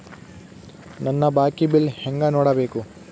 ನನ್ನ ಬಾಕಿ ಬಿಲ್ ಹೆಂಗ ನೋಡ್ಬೇಕು?